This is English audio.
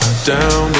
down